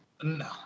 No